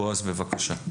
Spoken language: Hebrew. בועז בבקשה.